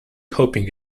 hoping